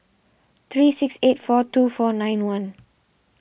three six eight four two four nine one